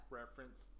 reference